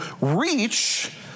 reach